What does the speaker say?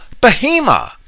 behemoth